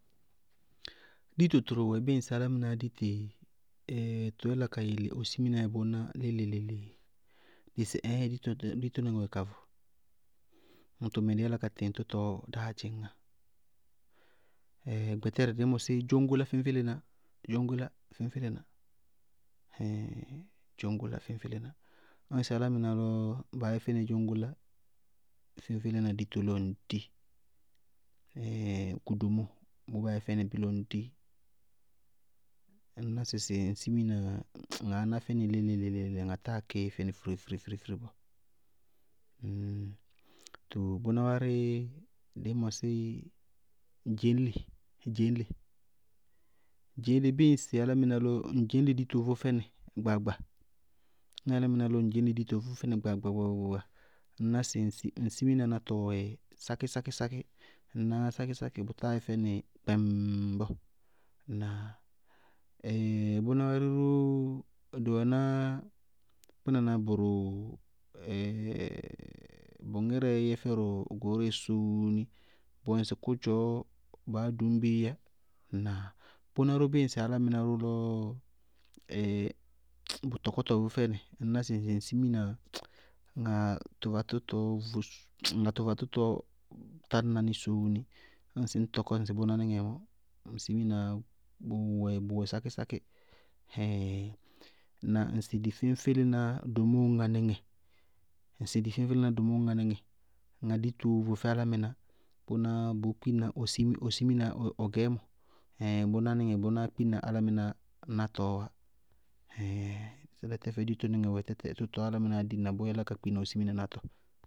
Dito tʋrʋ wɛ bɩɩ ŋsɩ álámɩnáá di tɩ tʋʋ yála ka yele ɔ sminaá yɛ bʋʋná léle-léle-léle-léle? Ŋsɩ ɩíɩŋ dito-ditonɩŋɛ wɛ kavʋ ñ tʋmɛ dɩí yála ka tɩŋ tʋtɔɔ dáá dzɩñŋá. gbɛtɛrɛ mɛ dɩí mɔsí dzóñgólá féñfélená, dzóñgólá féñfélená, ɩíɩŋ dzóñgólá féñfélená. Ñŋsɩ álámɩná lɔ ba yɛ fɛnɩ dzóñgólá féñfélená dito lɔ ŋ dii, kʋ domóo bʋʋ ba yɛ fɛnɩ lɔ ŋdii, ŋŋña sɩsɩ, ŋ simina ŋaá ná fɛnɩ léle-léle ŋa táa kí firifirifiri bɔɔ. too bʋná wárɩ dɩí mɔsí dzeñli-dzeñle- dzeñle bíɩ ŋsɩ álámɩná lɔ ŋ dzeñle dito vʋ fɛnɩ gbaagba, ŋñná álámɩná lɔ ŋ dzeñle dito vʋ fɛnɩ gbaagba gbaagba gbaagba ŋñná sɩ ŋsɩ ŋsɩ simina nátɔɔ yɛ sákísákí, ŋñ sákísákí, bʋ táa yɛ fɛnɩ kpɛmmŋ bɔɔ. Ŋnáa? bʋná wárɩ ró dɩ wɛná kpínaná bʋrʋ bʋ gírɛɛ yɛ fɛdʋ gɔɔrɛ sóóni, bʋwɛ ŋsɩ kʋdzɔɔ baá dʋñ bɩíyá. Ŋnáa bʋná ró bíɩ ŋsɩ álámɩná bʋ lɔ, bʋ tɔkɔtɔ vʋ fɛnɩ, ŋñná sɩ ŋ ŋ siminaá, ŋá tʋvatʋtʋtɔ ɔ tañna ní sóóni ñŋsɩ ŋñ tɔkɔ ŋsɩ bʋná níŋɛ mɔɔ, ŋ siminaá bʋwɛ sákísákí hɛɛɛŋ ŋnáa? Ŋsɩ dɩ féñfélená domóo ñŋa níŋɛ, ŋa ditoó vʋ fɛ álámɩná, bʋná bʋʋ kpina ɔ sim- ɔ simina ɔ gɛɛmɔ, ɩíɩŋ bʋná níŋɛ bʋnáá kpina álámɩná nátɔɔwá. ɩíɩŋ tɛfɛ ditonɩŋɛ wɛ tʋtɔɔ álámɩnáá yálá ka di na bʋ yálá ka kpína ɔ simina nátɔ.